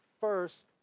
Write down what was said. first